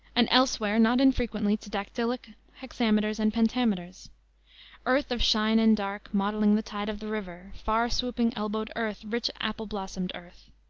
and elsewhere not infrequently to dactylic hexameters and pentameters earth of shine and dark, mottling the tide of the river. far-swooping, elbowed earth! rich, apple-blossomed earth.